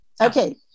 Okay